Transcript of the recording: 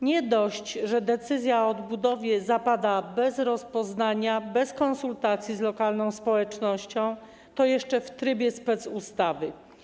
Nie dość, że decyzja o odbudowie zapada bez rozpoznania, bez konsultacji z lokalną społecznością, to jeszcze w trybie specustawy.